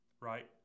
Right